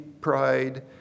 pride